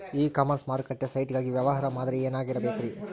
E commerce ಮಾರುಕಟ್ಟೆ site ಗಾಗಿ ವ್ಯವಹಾರ ಮಾದರಿ ಏನಾಗಿರಬೇಕ್ರಿ?